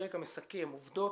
הפרק המסכם: עובדות,